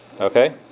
Okay